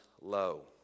low